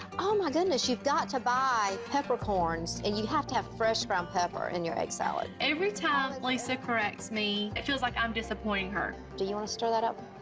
oh my goodness, you've got to buy peppercorns, and you have to have fresh ground pepper in your egg salad. every time lisa corrects me, it feels like i'm disappointing her. do you wanna stir that up?